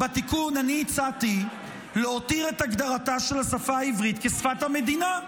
אני הצעתי להותיר את הגדרתה של השפה העברית כשפת המדינה.